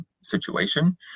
situation